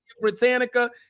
Britannica